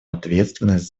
ответственность